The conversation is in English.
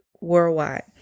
worldwide